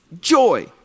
Joy